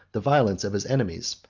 the violence of his enemies,